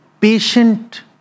patient